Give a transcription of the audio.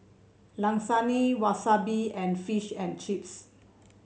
Lasagne Wasabi and Fish and Chips